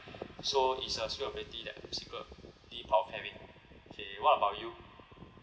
so it's a skill or ability that I'm secretly proud of having okay what about you